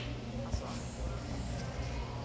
ᱟᱥᱚᱜᱼᱟ